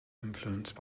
influenced